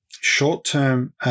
short-term